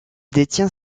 détient